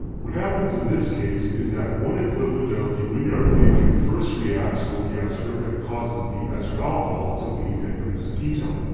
what happens in this case is that one equivalent of the grignard reagent first reacts with the ester and causes the ester alcohol to leave and produces a ketone.